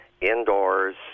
indoors